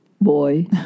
boy